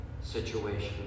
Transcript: situation